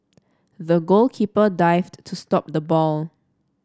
the goalkeeper dived to stop the ball